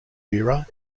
era